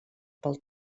pel